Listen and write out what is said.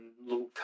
Little